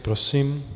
Prosím.